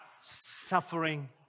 suffering